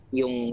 yung